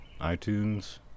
iTunes